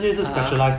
(uh huh)